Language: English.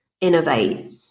innovate